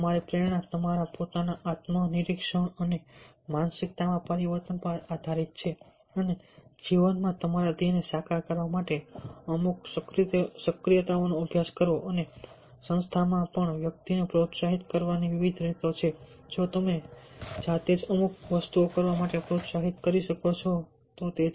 તમારી પ્રેરણા તમારા પોતાના આત્મનિરીક્ષણ અને માનસિકતામાં પરિવર્તન પર આધારિત છે અને જીવનમાં તમારા ધ્યેયને સાકાર કરવા માટે અમુક સક્રિયતાઓનો અભ્યાસ કરવો અને સંસ્થામાં પણ વ્યક્તિને પ્રોત્સાહિત કરવાની વિવિધ રીતો છે જો તમે જાતે જ તમને અમુક વસ્તુઓ કરવા માટે પ્રોત્સાહિત કરી શકો તો તે છે